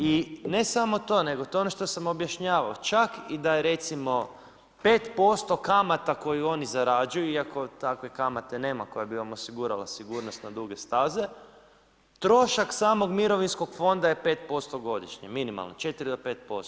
I ne samo to, nego to je ono što sam objašnjavao, čak i da recimo 5% kamata koju oni zarađuju, iako takve kamate nema koja bi vam osigurala sigurnost na duge staze, trošak samog mirovinskog fonda je 5% godišnje, minimalno, 4 do 5%